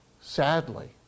Sadly